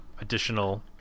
additional